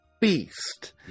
beast